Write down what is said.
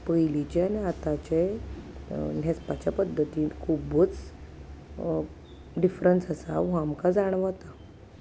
पयलींचे आनी आतांचेे न्हेंसपाच्या पद्दतीन खुबूच डिफरंस आसा हो आमकां जाण वता